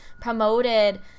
promoted